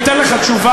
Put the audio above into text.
אני אתן לך תשובה.